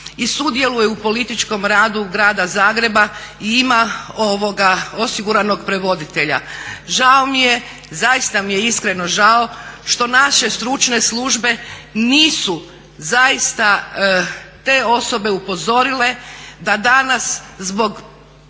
i sudjeluje u političkom radu Grada Zagreba i ima osiguranog prevoditelja. Žao mi je, zaista mi je iskreno žao što naše stručne službe nisu zaista te osobe upozorile da danas zbog,